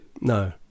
No